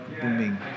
booming